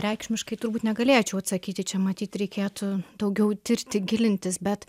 reikšmiškai turbūt negalėčiau atsakyti čia matyt reikėtų daugiau tirti gilintis bet